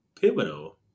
pivotal